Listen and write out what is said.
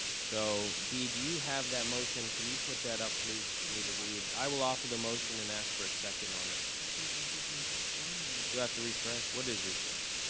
so b do you have that motion? can you put that up, please? for me to read. i will offer the motion and ask for a second on it. if you will give me just one moment. you'll have to refresh. what is refresh?